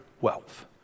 wealth